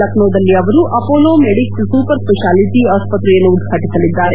ಲಖ್ನೋದಲ್ಲಿ ಅವರು Apollo Medics super speciality ಆಸ್ಪತ್ರೆಯನ್ನು ಉದ್ವಾಟಿಸಲಿದ್ದಾರೆ